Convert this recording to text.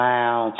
Wow